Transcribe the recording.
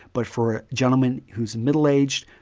but for gentleman who's middle-aged,